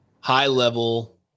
high-level